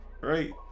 right